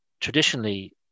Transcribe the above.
traditionally